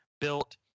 built